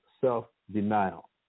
self-denial